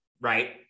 right